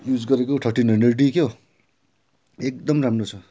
use गरेको thirteen hundred D क्या एकदम राम्रो छ